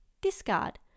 Discard